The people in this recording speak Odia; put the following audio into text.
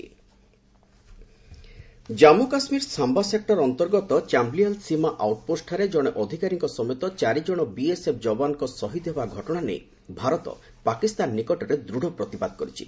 ବିଏସ୍ଏଫ୍ ପାକ୍ ଜାମ୍ଗ କାଶ୍ରୀର ସାମ୍ଭା ସେକୁର ଅନ୍ତର୍ଗତ ଚାମ୍ଭିଆଲ୍ ସୀମା ଆଉଟ୍ପୋଷ୍ଟଠାରେ ଜଣେ ଅଧିକାରୀଙ୍କ ସମେତ ଚାରି ଜଣ ବିଏସ୍ଏଫ୍ ଯବାନଙ୍କ ସହିଦ୍ ହେବା ଘଟଣା ନେଇ ଭାରତ ପାକିସ୍ତାନ ନିକଟରେ ଦୂଢ଼ ପ୍ରତିବାଦ କରିଛି